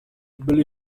billy